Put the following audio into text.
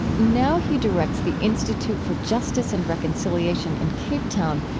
now he directs the institute for justice and reconciliation in cape town,